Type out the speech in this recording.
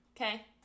Okay